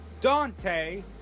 Dante